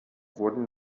wurden